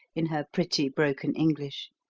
in her pretty broken english.